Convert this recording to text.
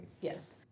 Yes